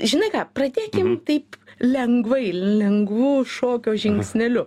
žinai ką pradėkim taip lengvai lengvu šokio žingsneliu